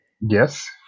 Yes